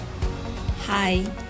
Hi